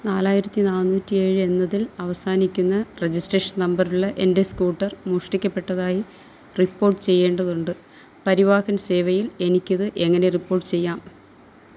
നാലായിരത്തി നാന്നൂറ്റി ഏഴ് എന്നതിൽ അവസാനിക്കുന്ന രജിസ്ട്രേഷൻ നമ്പറുള്ള എൻ്റെ സ്കൂട്ടർ മോഷ്ടിക്കപ്പെട്ടതായി റിപ്പോർട്ട് ചെയ്യേണ്ടതുണ്ട് പരിവാഹൻ സേവയിൽ എനിക്കത് എങ്ങനെ റിപ്പോർട്ട് ചെയ്യാം